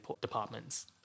departments